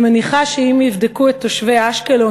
אני מניחה שאם יבדקו את תושבי אשקלון,